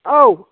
औ